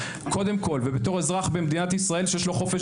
קודם כל ובתור אזרח במדינת ישראל שיש לו חופש